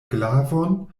glavon